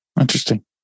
Interesting